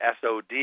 SOD